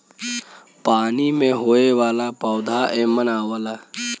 पानी में होये वाला पौधा एमन आवला